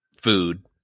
food